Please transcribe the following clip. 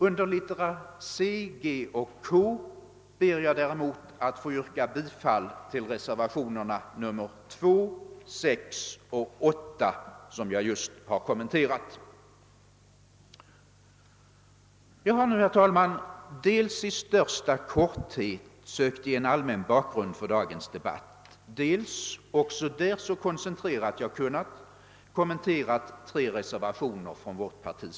Under littera C, G och K ber jag däremot att få yrka bifall till reservationerna 2, 6 a och 8, som jag just har kommenterat. Jag har nu, herr talman, dels i största korthet sökt ge en allmän bakgrund till dagens debatt, dels — också det så koncentrerat jag kunnat — kommenterat tre reservationer från vårt parti.